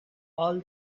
all